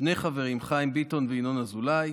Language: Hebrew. שני חברים: חיים ביטון וינון אזולאי,